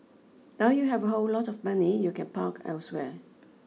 now you have a whole lot of money you can park elsewhere